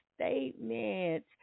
statement